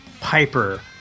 Piper